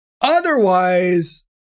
Otherwise